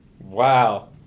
Wow